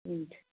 हुन्छ